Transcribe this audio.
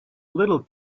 little